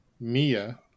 Mia